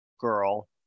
girl